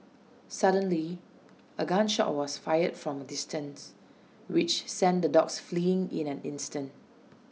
suddenly A gun shot was fired from A distance which sent the dogs fleeing in an instant